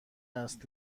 است